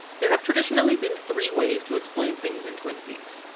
there have traditionally been three ways to explain things in twin peaks.